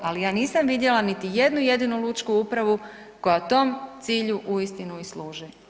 Ali ja nisam vidjela niti jednu jedinu lučku upravu koja tom cilju uistinu i služi.